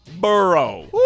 Burrow